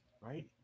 right